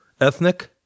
ethnic